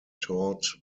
taught